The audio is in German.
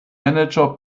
manager